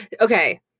Okay